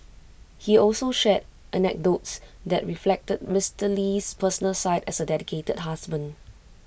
he also shared anecdotes that reflected Mister Lee's personal side as A dedicated husband